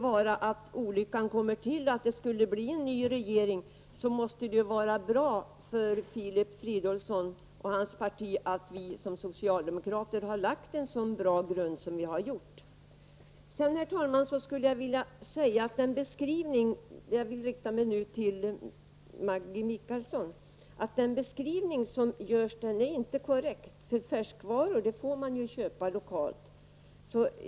Om nu olyckan skulle vara framme och vi skulle få en ny regering, måste det vara bra för Filip Fridolfsson och hans parti att vi socialdemokrater har lagt en så bra grund. Herr talman! Den beskrivning Maggi Mikaelsson gör är inte korrekt. Man får nämligen köpa färskvaror lokalt.